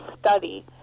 study